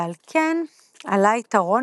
ועל כן עלה יתרון,